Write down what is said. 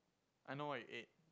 I know what you ate